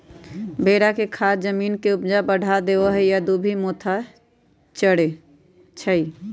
भेड़ा के खाद जमीन के ऊपजा बढ़ा देहइ आ इ दुभि मोथा चरै छइ